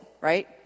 right